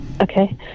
Okay